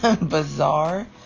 bizarre